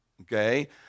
okay